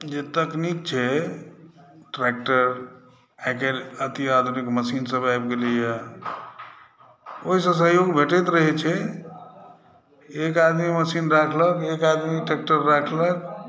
जे तकनीक छै ट्रैक्टर आइ काल्हि अति आधुनिक मशीन सभ आबि गेलैया ओहि सऽ सहयोग भेटैत रहै छै एक आदमी मशीन राखलक एक आदमी ट्रैक्टर राखलक